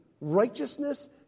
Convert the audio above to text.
Righteousness